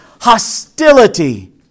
Hostility